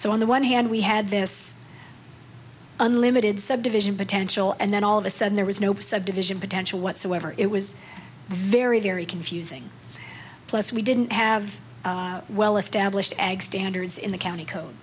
on the one hand we had this unlimited subdivision potential and then all of a sudden there was no subdivision potential whatsoever it was very very confusing plus we didn't have well established ag standards in the county code